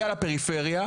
שנוגע לפריפריה,